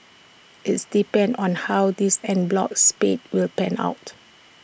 its depends on how this en bloc spate will pan out